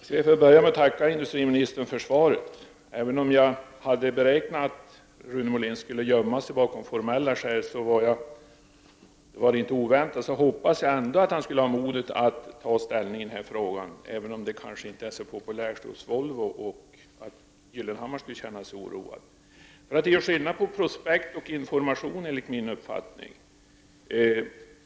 Herr talman! Jag skall börja med att tacka industriministern för svaret. Jag hade förutsett att Rune Molin skulle gömma sig bakom formella skäl, så det var inte oväntat. Jag hade ändå hoppats att han skulle ha modet att ta ställning i denna fråga, även om det kanske inte är så populärt hos Volvo och Gyllenhammar skulle kunna känna sig oroad av det. Det är skillnad på prospekt och information, enligt min uppfattning.